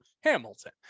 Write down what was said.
Hamilton